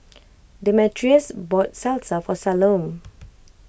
Demetrius bought Salsa for Salome